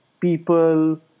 people